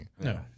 No